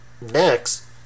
Next